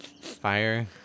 fire